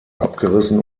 abgerissen